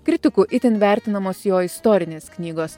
kritikų itin vertinamos jo istorinės knygos